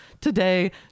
today